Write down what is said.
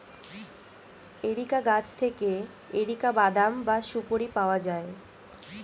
areca গাছ থেকে areca বাদাম বা সুপোরি পাওয়া যায়